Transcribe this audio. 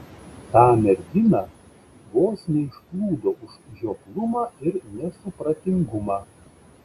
tą merginą vos neišplūdau už žioplumą ir nesupratingumą